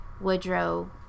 Woodrow